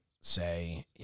say